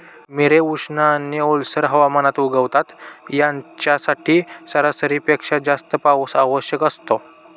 मिरे उष्ण आणि ओलसर हवामानात उगवतात, यांच्यासाठी सरासरीपेक्षा जास्त पाऊस आवश्यक असतो